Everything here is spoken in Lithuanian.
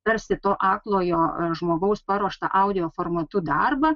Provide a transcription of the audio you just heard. tarsi to aklojo žmogaus paruoštą audio formatu darbą